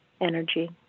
energy